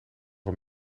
een